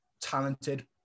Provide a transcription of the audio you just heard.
Talented